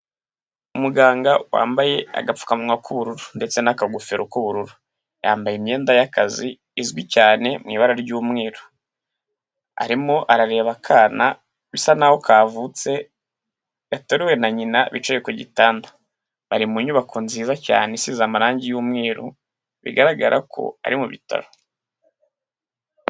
Umuganga wambaye agapfukamunwa k'ubururu ndetse n'akagofero k'ubururu. Yambaye imyenda y'akazi izwi cyane mu ibara ry'umweru. Arimo arareba akana bisa n'aho kavutse gateruwe na nyina bicaye ku gitanda. Bari mu nyubako nziza cyane isize amarangi y'umweru bigaragara ko ari mu bitaro.